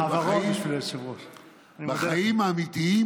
"בחיים האמיתיים,